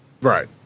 Right